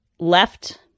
Left